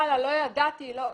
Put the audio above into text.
שלא ידעתי, סליחה,